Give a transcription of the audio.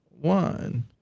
one